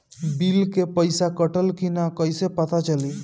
Bill के पइसा कटल कि न कइसे पता चलि?